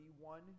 one